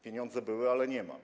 Pieniądze były, ale ich nie ma.